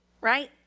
right